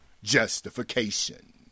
justification